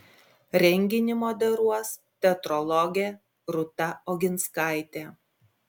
renginį moderuos teatrologė rūta oginskaitė